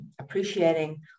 appreciating